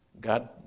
God